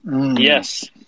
Yes